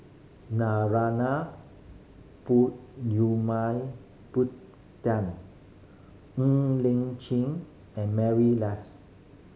Narana Ng Lin Chin and Mary Lass